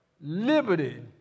liberty